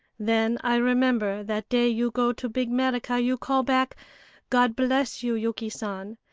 then i remember that day you go to big merica you call back god bless you, yuki san,